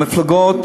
המפלגות